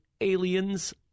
aliens